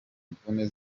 mvune